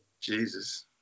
Jesus